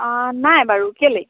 নাই বাৰু কেলেই